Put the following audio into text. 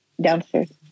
Downstairs